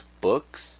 books